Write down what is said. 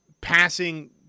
passing